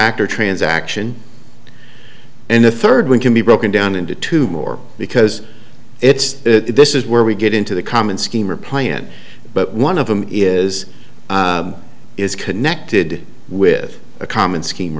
actor transaction and the third one can be broken down into two more because it's this is where we get into the common scheme or plan but one of them is is connected with a common scheme